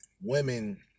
women